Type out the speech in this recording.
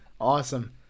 Awesome